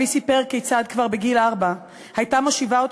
אבי סיפר כיצד כבר בגיל ארבע הייתה מושיבה אותו